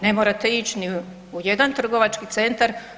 Ne morate ić ni u jedan trgovački centar.